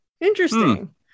Interesting